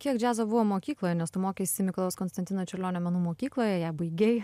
kiek džiazo buvo mokykloje nes tu mokeisi mikalojaus konstantino čiurlionio menų mokykloje ją baigei